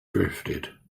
drifted